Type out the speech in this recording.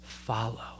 Follow